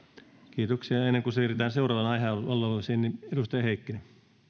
kiitoksia ennen kuin siirrytään seuraavaan aihealueeseen edustaja heikkinen